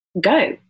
go